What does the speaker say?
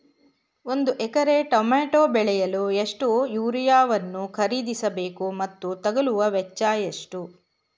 ಒಂದು ಎಕರೆ ಟಮೋಟ ಬೆಳೆಯಲು ಎಷ್ಟು ಯೂರಿಯಾವನ್ನು ಖರೀದಿಸ ಬೇಕು ಮತ್ತು ತಗಲುವ ವೆಚ್ಚ ಎಷ್ಟು?